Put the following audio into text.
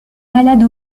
malade